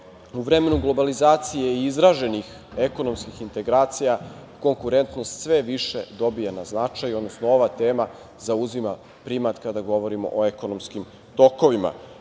U vremenu globalizacije i izraženih ekonomskih integracija konkurentnost sve više dobija na značaju, odnosno ova tema zauzima primat, kada govorimo o ekonomskim tokovima.